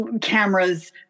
cameras